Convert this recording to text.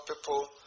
people